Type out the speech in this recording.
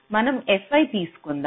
మనం fi తీసుకుందాం